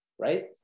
right